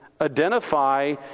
identify